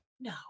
No